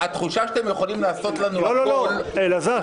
התחושה שאתם יכולים לעשות לנו הכול -- אלעזר,